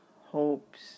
hopes